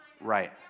Right